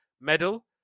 medal